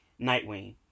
Nightwing